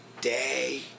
day